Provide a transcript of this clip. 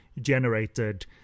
generated